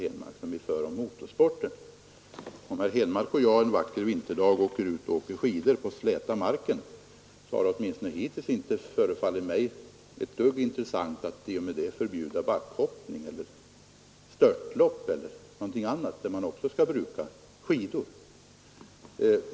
Om herr Henmark Nr 116 och jag en vacker vinterdag åker skidor på släta marken skulle det väl inte Tisdagen den falla oss in att fördenskull förbjuda backhoppning eller störtlopp, där 14 november 1972 man också använder skidor.